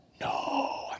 No